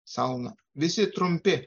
sauna visi trumpi